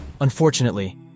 Unfortunately